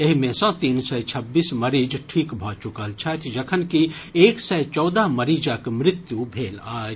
एहि मे सँ तीन सय छब्बीस मरीज ठीक भऽ चुकल छथि जखनकि एक सय चौदह मरीजक मृत्यु भेल अछि